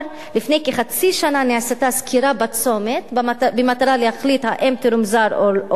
לפני כחצי שנה נעשתה סקירה בצומת במטרה להחליט האם ירומזר או לא.